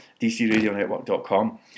dcradionetwork.com